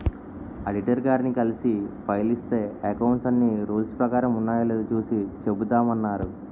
auditor గారిని కలిసి file ఇస్తే అకౌంట్స్ అన్నీ రూల్స్ ప్రకారం ఉన్నాయో లేదో చూసి చెబుతామన్నారు